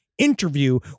Interview